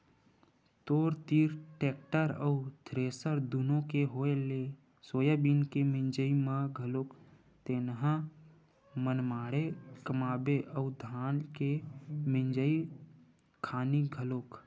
तोर तीर टेक्टर अउ थेरेसर दुनो के होय ले सोयाबीन के मिंजई म घलोक तेंहा मनमाड़े कमाबे अउ धान के मिंजई खानी घलोक